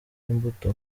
imbuto